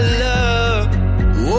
love